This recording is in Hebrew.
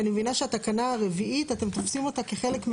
אני מבינה שהתקנה הרביעית אתם תופסים אותה כחלק,